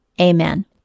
Amen